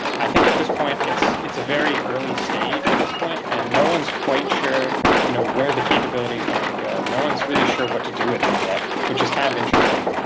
i think at this point it's it's a very early stage at this point and no one is quite sure you know where the capability is going to go. no one is really sure what to do with them yet, which is kind of interesting.